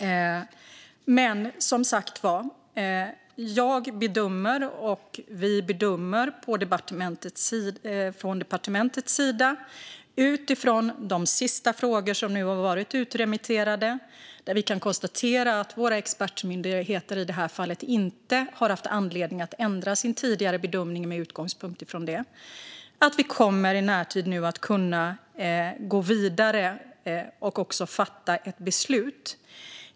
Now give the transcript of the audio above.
Utifrån de sista frågorna som har varit ute på remiss kan jag och departementet konstatera att våra expertmyndigheter i det här fallet inte har haft anledning att ändra sin tidigare bedömning. Med utgångspunkt från det bedömer vi att vi i närtid kommer att kunna gå vidare och fatta beslut.